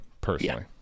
personally